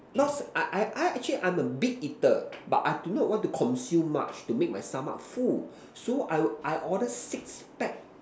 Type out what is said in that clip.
not say I I I actually I'm a big eater but I do not want to consume much to make my stomach full so I would I order six pack